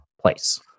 place